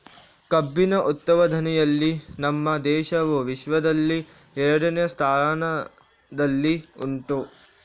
ಕಬ್ಬಿನ ಉತ್ಪಾದನೆಯಲ್ಲಿ ನಮ್ಮ ದೇಶವು ವಿಶ್ವದಲ್ಲಿ ಎರಡನೆಯ ಸ್ಥಾನದಲ್ಲಿ ಉಂಟು